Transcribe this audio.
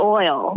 oil